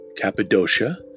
Cappadocia